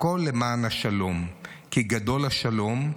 הכול למען השלום, כי גדול השלום.